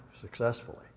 successfully